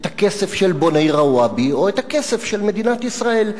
את הכסף של בוני רוואבי או את הכסף של מדינת ישראל.